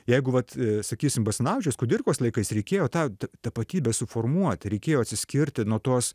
jeigu vat sakysim basanavičiaus kudirkos laikais reikėjo tą tapatybę suformuoti reikėjo atsiskirti nuo tos